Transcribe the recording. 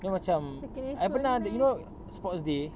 then macam I pernah you know sports day